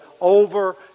over